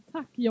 Tack